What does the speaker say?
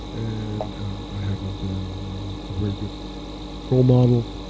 and i haven't been a very good role model.